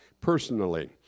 personally